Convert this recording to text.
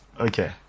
Okay